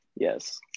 Yes